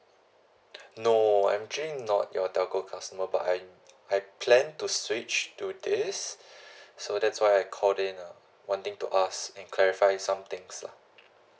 no I'm actually not your telco customer but I I plan to switch to this yes so that's why I call then uh wanting to ask and clarify some things lah